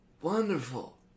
wonderful